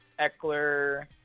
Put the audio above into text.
Eckler